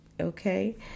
okay